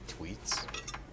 tweets